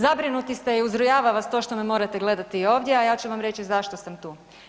Zabrinuti ste i uzrujava vas to što me morate gledati ovdje, a ja ću vam reći zašto sam tu.